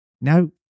Now